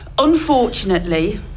Unfortunately